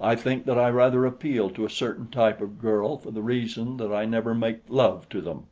i think that i rather appeal to a certain type of girl for the reason that i never make love to them